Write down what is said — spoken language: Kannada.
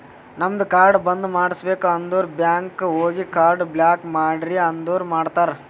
ನಮ್ದು ಕಾರ್ಡ್ ಬಂದ್ ಮಾಡುಸ್ಬೇಕ್ ಅಂದುರ್ ಬ್ಯಾಂಕ್ ಹೋಗಿ ಕಾರ್ಡ್ ಬ್ಲಾಕ್ ಮಾಡ್ರಿ ಅಂದುರ್ ಮಾಡ್ತಾರ್